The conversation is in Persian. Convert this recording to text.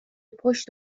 پشت